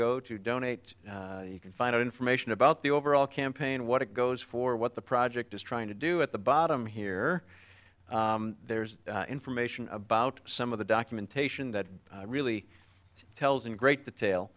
go to donate you can find out information about the overall campaign what it goes for what the project is trying to do at the bottom here there's information about some of the documentation that really tells in great detail